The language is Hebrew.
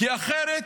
כי אחרת